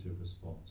response